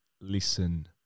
listen